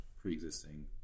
pre-existing